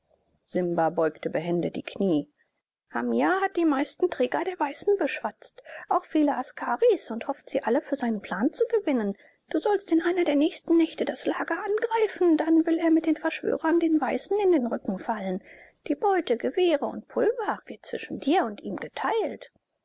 simba beugte behende die knie hamia hat die meisten träger der weißen beschwatzt auch viele askaris und hofft sie alle für seinen plan zu gewinnen du sollst in einer der nächsten nächte das lager angreifen dann will er mit den verschworenen den weißen in den rücken fallen die beute gewehre und pulver wird zwischen dir und ihm geteilt